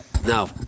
No